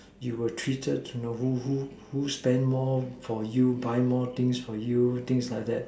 you were treated you know who who who spend more for you buy more things for you things like that